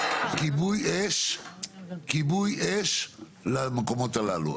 כיבוי אש למקומות הללו.